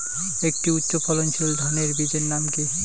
একটি উচ্চ ফলনশীল ধানের বীজের নাম কী?